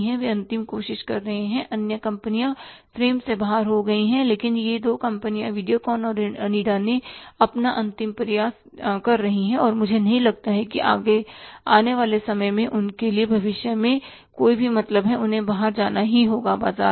वे अंतिम कोशिश कर रहे हैं अन्य कंपनियां फ्रेम से बाहर हो गई हैं लेकिन ये दो कंपनियां वीडियोकॉन और ओनिडा वे अपना अंतिम प्रयास कर रही हैं और मुझे नहीं लगता कि आने वाले समय में उनके लिए भविष्य का कोई मतलब है उन्हें बाहर जाना ही होगा बाजार से